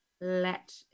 Let